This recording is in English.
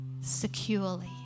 securely